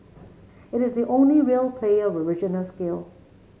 it is the only real player with regional scale